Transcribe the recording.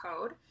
code